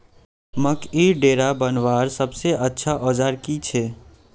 मकईर डेरा बनवार सबसे अच्छा औजार की छे?